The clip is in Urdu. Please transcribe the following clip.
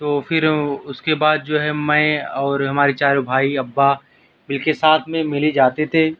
تو پھر اس کے بعد جو ہے میں اور ہمارے چاروں بھائی ابا مل کے ساتھ میں میلے جاتے تھے